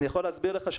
אני יכול להסביר לך,